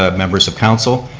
ah members of council,